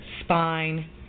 spine